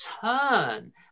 turn